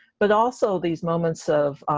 but also these moments of,